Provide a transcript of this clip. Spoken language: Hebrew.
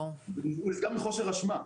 הוא נסגר מחוסר אשמה.